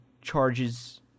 charges